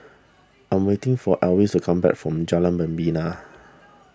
I am waiting for Elvis to come back from Jalan Membina